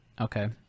Okay